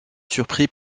surpris